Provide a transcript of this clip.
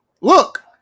Look